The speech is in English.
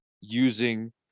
using